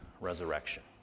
resurrection